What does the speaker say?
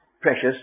precious